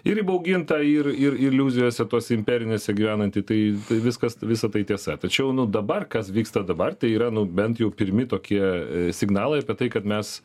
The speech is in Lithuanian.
ir įbauginta ir ir iliuzijose tose imperinėse gyvenanti tai tai viskas visa tai tiesa tačiau dabar kas vyksta dabar tai yra nu bent jau pirmi tokie signalai apie tai kad mes